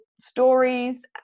stories